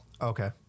Okay